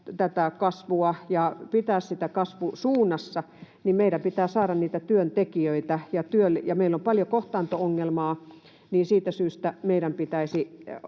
väliaikaista — ja pitää sitä kasvusuunnassa, niin meidän pitää saada niitä työntekijöitä. Meillä on paljon kohtaanto-ongelmaa, ja siitä syystä meidän pitäisi